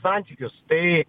santykius tai